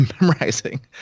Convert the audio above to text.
memorizing